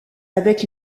avec